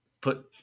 put